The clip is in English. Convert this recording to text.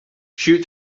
shoot